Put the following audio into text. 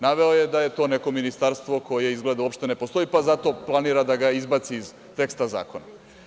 Naveo je da je to neko ministarstvo koje izgleda uopšte ne postoji pa zato planira da ga izbaci iz teksta zakona.